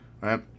right